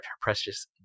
precious